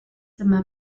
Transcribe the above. bellamy